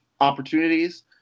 opportunities